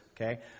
okay